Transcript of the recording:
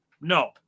No